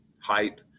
hype